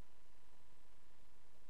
קביל בעיני.